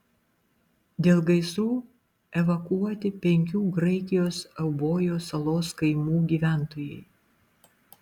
dėl gaisrų evakuoti penkių graikijos eubojos salos kaimų gyventojai